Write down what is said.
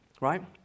right